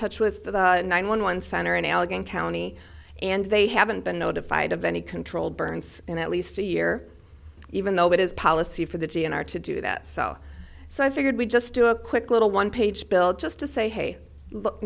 touch with the nine one one center in allegheny county and they haven't been notified of any controlled burns in at least a year even though it is policy for the d n r to do that so so i figured we'd just do a quick little one page bill just to say hey